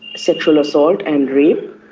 sexual assault and rape.